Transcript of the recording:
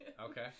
Okay